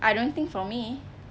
I don't think for me